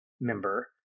member